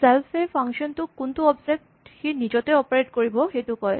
self এ function টোক কোনটো অবজেক্ট সি নিজতে অপাৰেট কৰিব সেইটো কয়